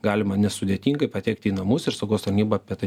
galima nesudėtingai patekti į namus ir saugos tarnyba apie tai